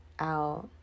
out